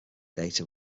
data